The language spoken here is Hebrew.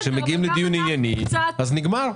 כשמגיעים לדיון ענייני, נגמר.